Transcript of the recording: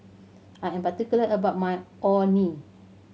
I am particular about my Orh Nee